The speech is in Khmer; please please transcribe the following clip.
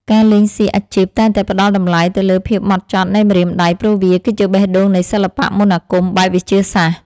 អ្នកលេងសៀកអាជីពតែងតែផ្តល់តម្លៃទៅលើភាពហ្មត់ចត់នៃម្រាមដៃព្រោះវាគឺជាបេះដូងនៃសិល្បៈមន្តអាគមបែបវិទ្យាសាស្ត្រ។